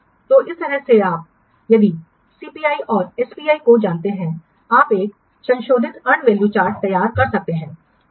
तो इस तरह से यदि आप सीपीआई और एसपीआई को जानते हैं आप एक संशोधित अर्नड वैल्यू चार्ट तैयार कर सकते हैं